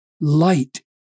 light